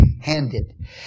handed